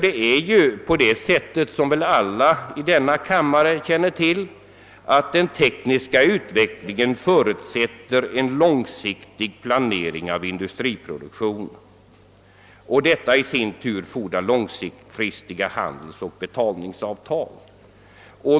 Det är nämligen så, vilket alla ledamöter av denna kammare känner till, att den tekniska utvecklingen förutsätter en långsiktig planering av industriproduktionen. Detta fordrar i sin tur långfristiga handelsoch betalningsavtal.